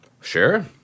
sure